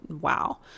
wow